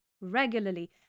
regularly